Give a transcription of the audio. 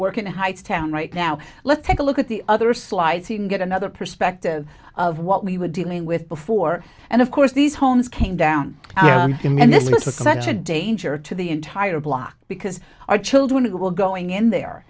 working hightstown right now let's take a look at the other slice you can get another perspective of what we were dealing with before and of course these homes came down and this was such a danger to the entire block because our children who will going in